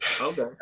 Okay